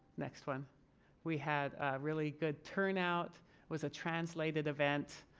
next one we had a really good turnout was a translated event.